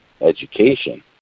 education